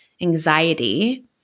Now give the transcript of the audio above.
anxiety